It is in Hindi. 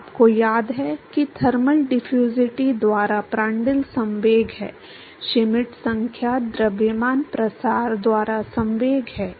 आपको याद है कि थर्मल डिफ्यूजिटी द्वारा प्रांड्ल संवेग है श्मिट संख्या द्रव्यमान प्रसार द्वारा संवेग है